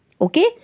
okay